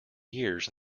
years